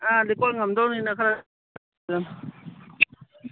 ꯑꯥ ꯂꯤꯀꯣꯟ ꯉꯝꯗꯧꯔꯕꯅꯤꯅ ꯈꯔ